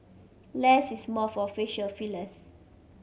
less is more for facial fillers